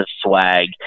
swag